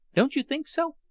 don't you think so?